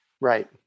Right